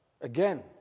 again